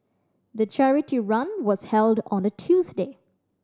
the charity run was held on a Tuesday